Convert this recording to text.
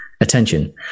attention